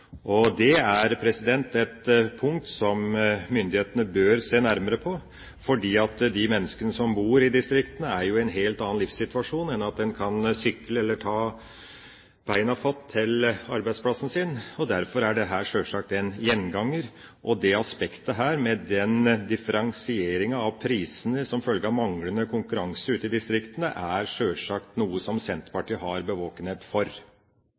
et punkt som myndighetene bør se nærmere på, fordi de menneskene som bor i distriktene, er jo i en helt annen livssituasjon. De kan ikke sykle eller ta beina fatt til arbeidsplassen sin. Derfor er dette en gjenganger, og dette aspektet med en differensiering av prisene som følge av manglende konkurranse ute i distriktene er sjølsagt noe som Senterpartiet har bevågenhet for.